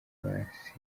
basinze